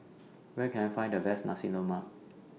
Where Can I Find The Best Nasi Lemak